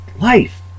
life